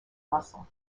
muscle